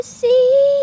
see